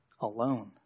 alone